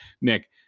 Nick